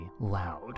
loud